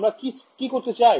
আমরা কি করতে চাই